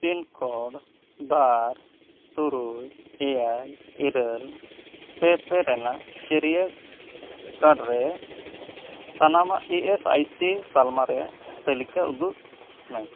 pin code ᱵᱟᱨ ᱛᱩᱨᱩᱭ ᱮᱭᱟᱭ ᱤᱨᱟᱹᱞ ᱯᱮ ᱯᱮ ᱨᱮᱱᱟᱜ ᱪᱟᱹᱨᱭᱟᱹ ᱠᱚᱬᱨᱮ ᱥᱟᱱᱟᱢᱟᱜ ᱤ ᱮᱥ ᱟᱭ ᱥᱤ ᱛᱟᱞᱢᱟ ᱨᱮᱱᱟᱜ ᱛᱟᱞᱤᱠᱟ ᱩᱫᱩᱜᱽᱢᱮ